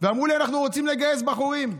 ואמרו לי: אנחנו רוצים לגייס בחורים.